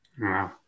Wow